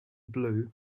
blue